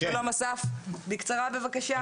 בקצרה בבקשה.